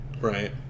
right